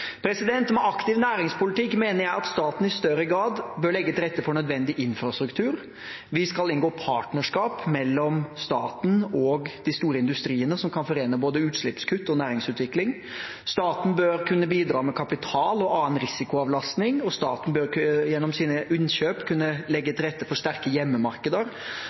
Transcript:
Med aktiv næringspolitikk mener jeg at staten i større grad bør legge til rette for nødvendig infrastruktur. Vi skal inngå partnerskap mellom staten og de store industriene som kan forene både utslippskutt og næringsutvikling. Staten bør kunne bidra med kapital og annen risikoavlastning, og staten bør gjennom sine innkjøp kunne legge til rette for sterke hjemmemarkeder.